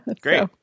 Great